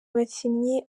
abakinnyi